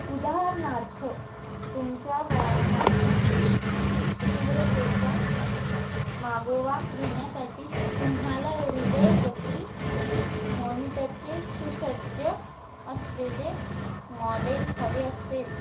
उदाहरणार्थ तुमच्या व्यायामाच्या तीव्रतेचा मागोवा घेण्यासाठी तुम्हाला हृदय गती मॉनिटरचे सुसज्ज असलेले मॉडेल हवे असेल